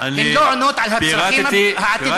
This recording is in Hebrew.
הן לא עונות על הצרכים העתידיים,